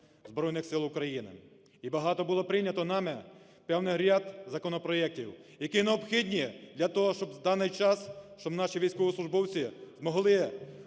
Збройних Сил України, і багато було прийнято нами певний ряд законопроектів, які необхідні для того, щоби в даний час щоб наші військовослужбовці змогли